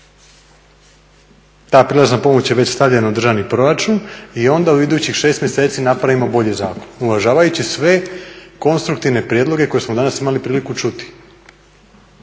Ta prijelazna pomoć je već stavljena u državni proračun i onda u idućih 6 mjeseci napravimo bolji zakon, uvažavajući sve konstruktivne prijedloge koje smo danas imali priliku čuti.